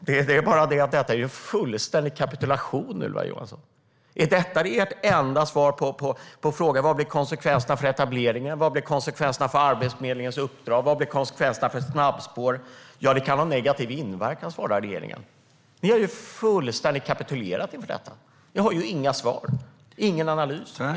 Det är bara det att detta är en fullständig kapitulation, Ylva Johansson. Är detta ert enda svar på frågan om vad konsekvenserna för etableringen blir, om konsekvenserna för Arbetsförmedlingens uppdrag, om konsekvenserna för snabbspår? Det kan ha negativ inverkan, svarar regeringen. Ni har fullständigt kapitulerat inför detta. Ni har inga svar, ingen analys - ingenting.